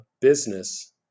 business